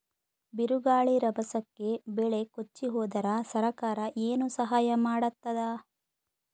ಬಿರುಗಾಳಿ ರಭಸಕ್ಕೆ ಬೆಳೆ ಕೊಚ್ಚಿಹೋದರ ಸರಕಾರ ಏನು ಸಹಾಯ ಮಾಡತ್ತದ?